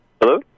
Hello